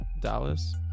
Dallas